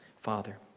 Father